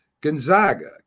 Gonzaga